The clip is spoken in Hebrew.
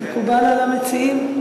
מקובל על המציעים?